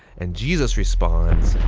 and jesus responds,